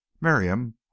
Miriam